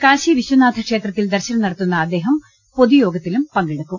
കാശി വിശ്വനാഥ ക്ഷേത്രത്തിൽ ദർശനം നടത്തുന്ന അദ്ദേഹം പൊതുയോഗത്തിലും പങ്കെടുക്കും